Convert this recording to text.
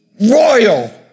Royal